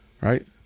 right